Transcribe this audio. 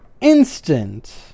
instant